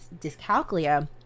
dyscalculia